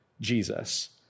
Jesus